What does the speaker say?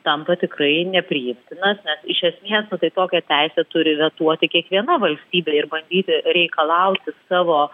tampa tikrai nepriimtinas nes iš esmės na tai tokią teisę turi vetuoti kiekviena valstybė ir bandyti reikalauti savo